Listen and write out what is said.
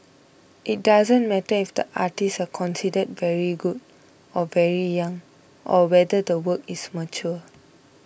it doesn't matter if the artists are considered very good or very young or whether the work is mature